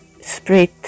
spread